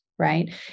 right